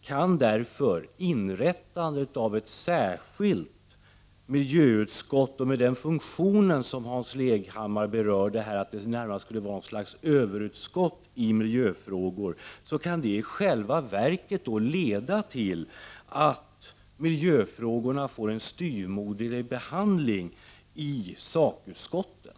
kan därför inrättandet av ett särskilt miljöutskott, med den funktion som Hans Leghammar redogjorde för, dvs. att det skulle vara något slags överutskott i miljöfrågor, i själva verket leda till att miljöfrågorna får en styvmoderlig behandling i sakutskotten.